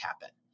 happen